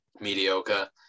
mediocre